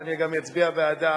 שאני גם אצביע בעדה,